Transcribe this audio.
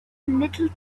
little